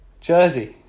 Jersey